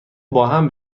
باهم